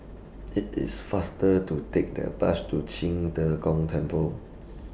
IT IS faster to Take their Bus to Qing De Gong Temple